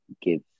give